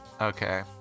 Okay